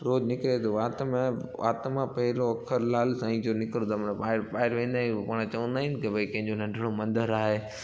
रोज़ु निकिरे थो वात मां वात मां पहिरों अख़र लाल साईं जो निकिरंदो आहे मतलबु ॿाहिरि ॿाहिरि वेंदा आहियूं पाणि चवंदा आहियूं की भई कंहिंजो नंढिणो मंदरु आहे